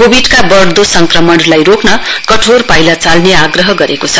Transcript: कोविडका बढ़दो संक्रमणलाई रोक्न कड़ा पाइला चाल्ने आग्रह गरेको छ